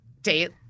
date